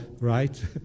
right